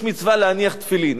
יש מצווה להניח תפילין,